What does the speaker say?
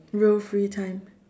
real free time